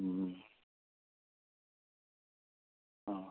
മ് ആ